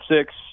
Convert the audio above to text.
six